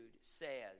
says